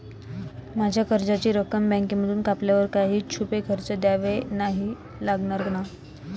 माझ्या कर्जाची रक्कम बँकेमधून कापल्यावर काही छुपे खर्च द्यावे नाही लागणार ना?